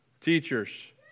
teachers